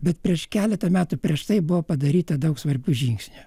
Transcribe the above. bet prieš keletą metų prieš tai buvo padaryta daug svarbių žingsnių